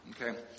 Okay